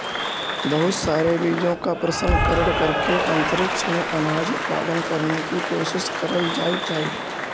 बहुत सारे बीजों का प्रशन करण करके अंतरिक्ष में अनाज उत्पादन करने की कोशिश करल जाइत हई